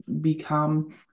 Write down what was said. become